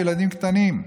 ילדים קטנים,